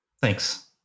Thanks